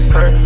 Sir